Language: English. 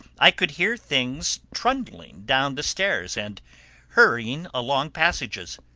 i could hear things trundling down the stairs and hurrying along passages.